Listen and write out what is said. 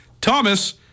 Thomas